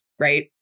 right